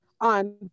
On